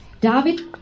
David